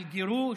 על גירוש,